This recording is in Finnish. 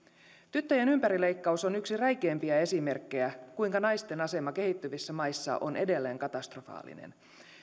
tyttöjen ympärileikkaus on yksi räikeimpiä esimerkkejä kuinka naisten asema kehittyvissä maissa on edelleen katastrofaalinen